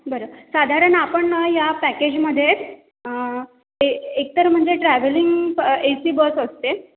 बरं साधारण आपण या पॅकेजमध्ये ए एक तर म्हणजे ट्रॅवलिंग ए सी बस असते